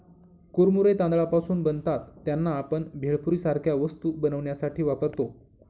कुरमुरे तांदळापासून बनतात त्यांना, आपण भेळपुरी सारख्या वस्तू बनवण्यासाठी वापरतो